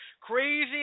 Crazy